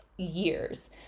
Years